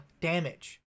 damage